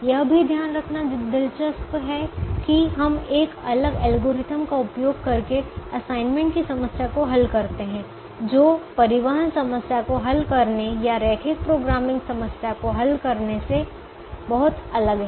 यह भी ध्यान रखना दिलचस्प है कि हम एक अलग एल्गोरिथ्म का उपयोग करके असाइनमेंट की समस्या को हल करते हैं जो परिवहन समस्या को हल करने या रैखिक प्रोग्रामिंग समस्या को हल करने से बहुत अलग है